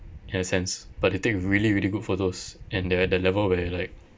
in a sense but they take really really good photos and they're at the level where like